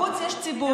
בחוץ יש ציבור.